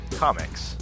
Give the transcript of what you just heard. Comics